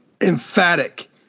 emphatic